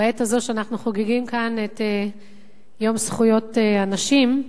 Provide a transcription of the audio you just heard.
שבעת הזאת שאנחנו חוגגים כאן את יום זכויות הנשים,